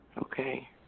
Okay